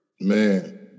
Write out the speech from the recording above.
Man